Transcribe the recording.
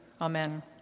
Amen